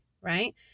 right